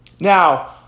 Now